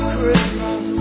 Christmas